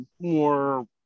more